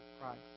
Christ